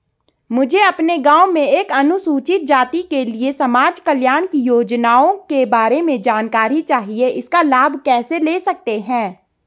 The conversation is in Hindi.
मुझे अपने गाँव में अनुसूचित जाति के लिए समाज कल्याण की योजनाओं के बारे में जानकारी चाहिए इसका लाभ कैसे ले सकते हैं?